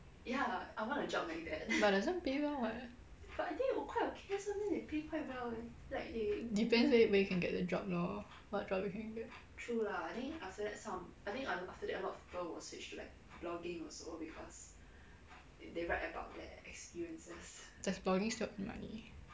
but doesn't pay well [what] depends where where you can get the job lor what job you can get does blogging still earn money